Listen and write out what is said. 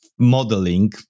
Modeling